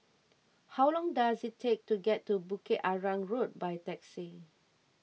how long does it take to get to Bukit Arang Road by taxi